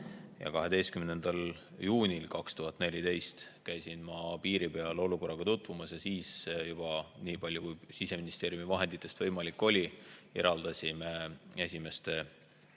12. juunil 2014 käisin ma piiril olukorraga tutvumas ja siis juba, nii palju kui Siseministeeriumi vahenditest võimalik oli, eraldasime esimeste